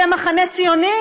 אתם מחנה ציוני